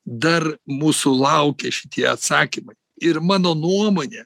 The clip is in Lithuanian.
dar mūsų laukia šitie atsakymai ir mano nuomone